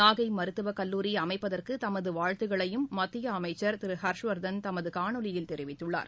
நாகைமருத்துவக் கல்லூரி அமைப்பதற்குதமதுவாழ்த்துக்களையும் மத்தியஅமைச்சர் திருஹர்ஷ்வர்தன் தமதுகாணொலியில் தெரிவித்துள்ளார்